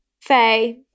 Faye